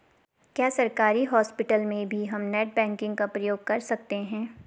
क्या सरकारी हॉस्पिटल में भी हम नेट बैंकिंग का प्रयोग कर सकते हैं?